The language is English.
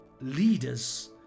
leaders